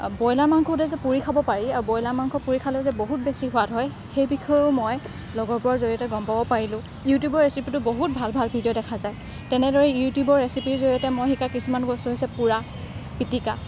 broiler মাংসটো যে পুৰি খাব পাৰি আৰু ব্ৰইলাৰ মাংস পুৰি খালেও যে বহুত বেছি সোৱাদ হয় সেই বিষয়েও মই লগৰবোৰৰ জৰিয়তে গম পাব পাৰিলোঁ ইউটিউবৰ ৰেচিপিটো বহুত ভাল ভাল ভিডিঅ' দেখা যায় তেনেদৰে ইউটিউবৰ ৰেচিপিৰ জৰিয়তে মই শিকা কিছুমান বস্তু হৈছে পোৰা পিটিকা